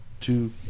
two